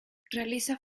realiza